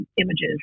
images